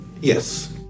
Yes